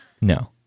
No